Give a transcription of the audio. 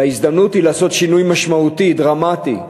וההזדמנות היא לעשות שינוי משמעותי, דרמטי,